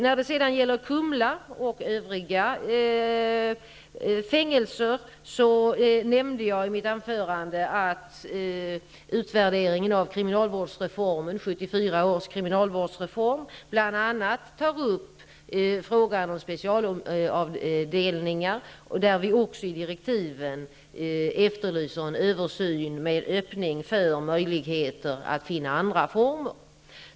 När det gäller Kumla och övriga fängelser nämnde jag att man i utvärderingen av 1974 års kriminalvårdsreform bl.a. tar upp frågan om specialavdelningar. I direktiven efterlyser vi också en översyn med öppning för möjligheter att finna andra former.